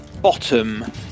bottom